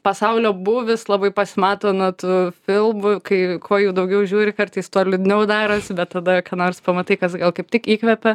pasaulio būvis labai pasimato na tų filmų kai kuo jų daugiau žiūri kartais tuo liūdniau darosi bet tada ką nors pamatai kas gal kaip tik įkvepia